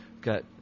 got